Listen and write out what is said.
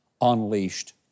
unleashed